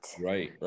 right